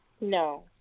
No